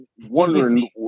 wondering